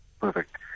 perfect